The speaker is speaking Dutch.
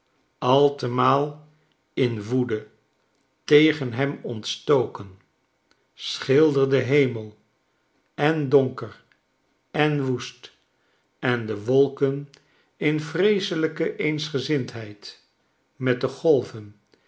altemaal in woede tegen hem ontstoken schilder den hem el en donker en woest en de wolken in vreeselijke eensgezindheid met de golven